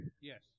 yes